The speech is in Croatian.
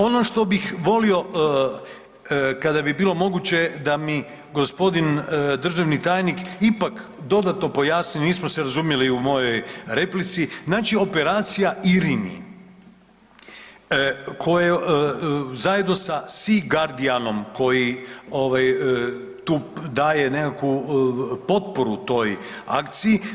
Ono što bih volio kada bi bilo moguće da mi g. državni tajnik ipak dodatno pojasni, nismo se razumjeli u mojoj replici, znači operacija IRINI koja zajedno sa SEA GUARDIAN-om koji ovaj tu daje nekakvu potporu toj akciji.